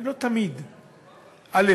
לא תמיד מיושמים,